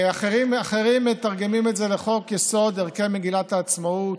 אחרים מתרגמים את זה לחוק-יסוד: ערכי מגילת העצמאות,